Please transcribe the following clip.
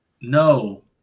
No